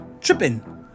tripping